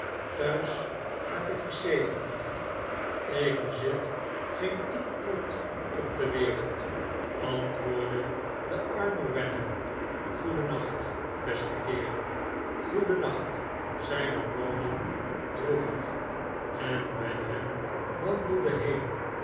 thuis heb ik er zeventig ik bezit geen tien pond op de wereld antwoordde de arme wenham goeden nacht beste kerel goeden nacht zeide rawdon droevig en wenham wandelde heen